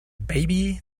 baby